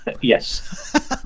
yes